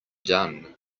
done